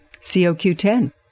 COQ10